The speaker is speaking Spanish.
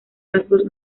rasgos